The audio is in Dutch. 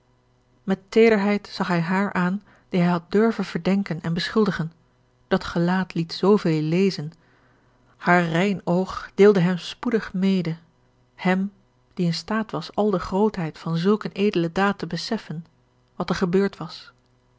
met teederheid zag hij haar aan die hij had durven verdenken en beschuldigen dat gelaat liet zooveel lezen haar rein oog deelde hem spoedig mede hèm die in staat was al de grootheid van zulk eene edele daad te beseffen wat er gebeurd was